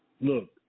look